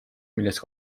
millest